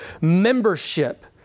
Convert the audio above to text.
membership